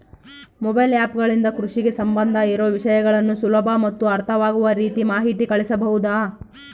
Mobile app ಗಳಿಂದ ಕೃಷಿಗೆ ಸಂಬಂಧ ಇರೊ ವಿಷಯಗಳನ್ನು ಸುಲಭ ಮತ್ತು ಅರ್ಥವಾಗುವ ರೇತಿ ಮಾಹಿತಿ ಕಳಿಸಬಹುದಾ?